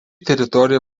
teritorija